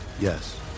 Yes